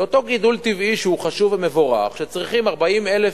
זה אותו גידול טבעי שהוא חשוב ומבורך שצריכים 40,000